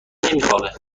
نمیخوابه